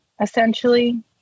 essentially